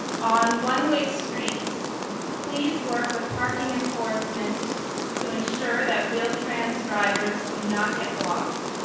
on one-way streets please work with parking enforcement to ensure that wheel-trans drivers do not get blocked.